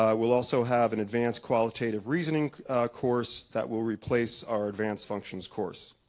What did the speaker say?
ah we'll also have an advanced qualitative reasoning course that will replace our advanced functions course.